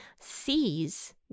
sees